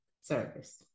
service